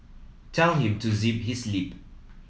tell him to zip his lip